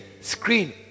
screen